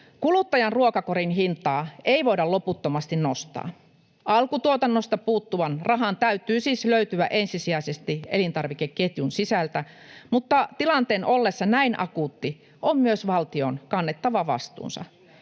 Kuluttajan ruokakorin hintaa ei voida loputtomasti nostaa. Alkutuotannosta puuttuvan rahan täytyy siis löytyä ensisijaisesti elintarvikeketjun sisältä, mutta tilanteen ollessa näin akuutti on myös valtion kannettava vastuunsa.